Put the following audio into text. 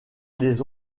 les